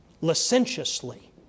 licentiously